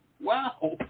Wow